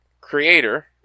creator